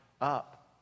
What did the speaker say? up